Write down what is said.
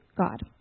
God